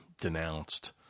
denounced